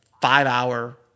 five-hour